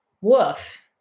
woof